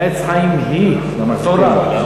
"עץ חיים היא", גם התורה.